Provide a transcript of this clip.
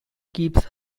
keeps